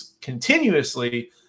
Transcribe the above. continuously